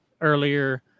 earlier